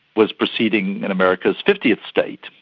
was proceeding in america's fiftieth state,